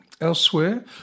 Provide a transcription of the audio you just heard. Elsewhere